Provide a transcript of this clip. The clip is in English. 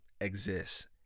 exists